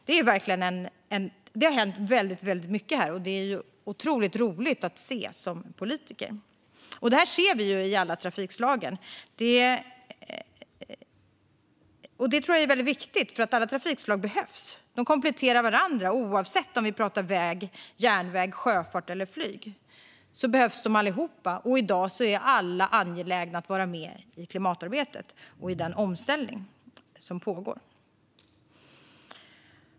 Det har hänt väldigt mycket här, och för en politiker är det ju otroligt roligt att se. Det här ser vi med alla trafikslag. Jag tror att detta är väldigt viktigt, för alla trafikslag behövs. De kompletterar varandra - oavsett om vi pratar om väg, järnväg, sjöfart eller flyg behövs de allihop. I dag är alla angelägna om att vara med i klimatarbetet och i den omställning som pågår.